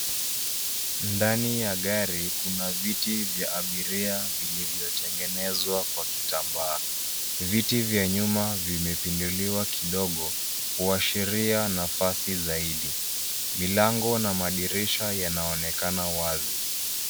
Ndani ya gari kuna viti vya abiria vilivyotengenezwa kwa kitambaa. Viti vya nyuma vimepinduliwa kidogo kuashiria nafasi zaidi. Milango na madirisha yanaonekana wazi.